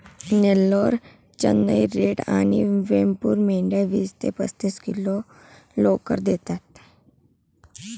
Nellore, Chennai red आणि वेमपूर मेंढ्या वीस ते पस्तीस किलो लोकर देतात